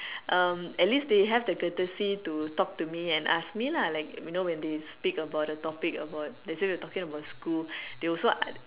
um at least they have the courtesy to talk to me and asks me lah like you know when they speak about the topic about let's say we're talk about school they also ask